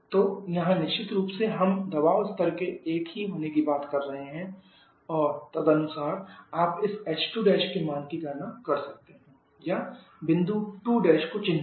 तो यहाँ निश्चित रूप से हम दबाव स्तर के एक ही होने की बात कर रहे हैं और तदनुसार आप इस h2' के मान की गणना कर सकते हैं या बिंदु 2' को चिन्हित